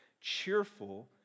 cheerful